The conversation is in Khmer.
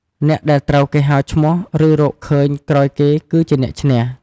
អ្នកដែលត្រូវគេហៅឈ្មោះ ឬ រកឃើញក្រោយគេគឺជាអ្នកឈ្នះ។